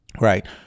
Right